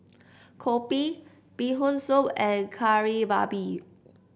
Kopi Bee Hoon Soup and Kari Babi